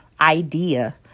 idea